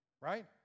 right